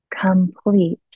Complete